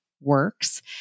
works